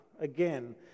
again